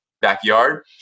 backyard